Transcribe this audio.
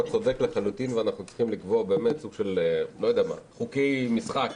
אתה צודק לחלוטין ואנחנו צריכים לקבוע חוקי משחק